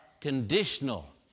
conditional